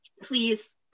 please